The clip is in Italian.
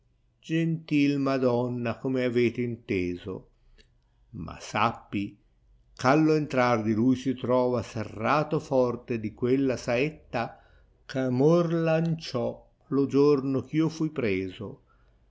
gentil madonna come avete inteso ma sappi ch'alio entrar di lui si trova serrato forte di quella saetta ch amor lanciò lo giorno eh io fu preso